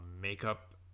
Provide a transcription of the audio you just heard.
Makeup